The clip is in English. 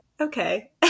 Okay